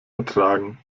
ertragen